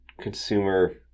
consumer